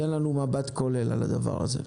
ייתן לנו מבט כולל על הדבר הזה.